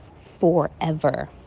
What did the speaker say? forever